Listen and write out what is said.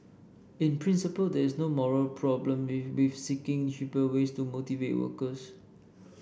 in principle there is no moral problem with seeking cheaper ways to motivate workers